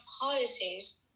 policies